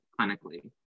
clinically